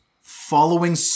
following